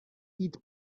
eat